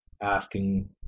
asking